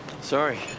Sorry